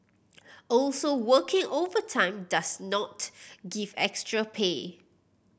also working overtime does not give extra pay